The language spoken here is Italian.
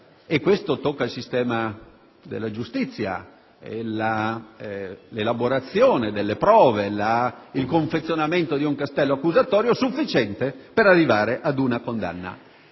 E questo tocca il sistema della giustizia: l'elaborazione delle prove, il confezionamento di un castello accusatorio sufficiente per arrivare ad una condanna.